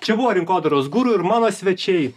čia buvo rinkodaros guru ir mano svečiai